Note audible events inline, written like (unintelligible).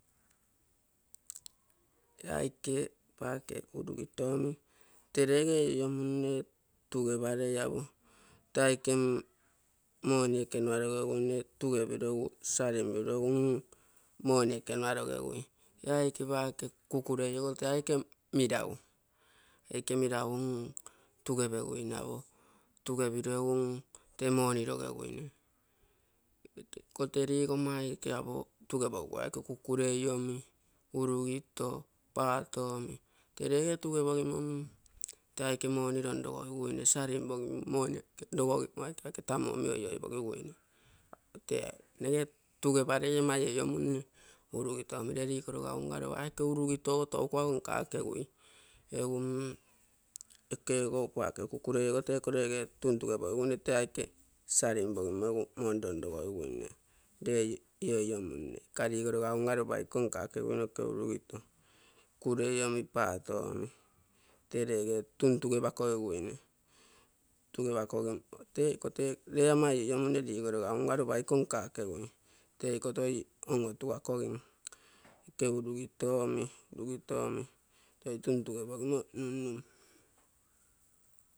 (noise) Ee aike urugito omi tee lege iniomunne tugeparei apo, tee aike moni ekenua logeguine, tugepiro egu salimpiro egu mm moni ekenua logeguine. Ee aike paake kukurei ogo tee aike meragu, aike meragu tugepeguine apo. Tugepiro egu mm tee moni logeguine. Iko tee ligomma aike apo, tugepogiguoi ee aike kukurei omi urugito omi paato omi tee lege tugepogimo mm tee aike moni lonlogogiguine. (unintelligible) Iko tee lege tugeparei ama iniomunne, lee ligoroga unga lopa ee aike urugito tou kuago nkakegui ege mm ego kukurei ogo tee iko lege tuntugepogiguinei, le iniomu nne. Ikoga ligoroga unga lopa iko (unintelligible) nkakegui noke urugito, kukurei omi, paato omi tee lege tantugepogiguine. Iko tee lee ama iniomunne, ligoroga unga lopa lopa iko nkakegui iko toi onotukogin ike urugito omi toi tuntugepogimo nunnun.